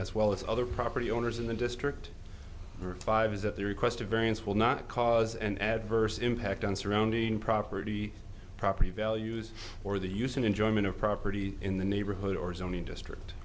as well as other property owners in the district five is at the request of variance will not cause an adverse impact on surrounding property property values or the use in enjoyment of property in the neighborhood or zoning district